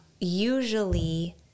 usually